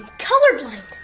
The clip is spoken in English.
colorblind.